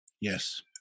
yes